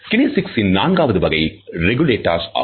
கினேசிக்ஸ்ன் நான்காவது வகை ரெகுலேட்டர் ஆகும்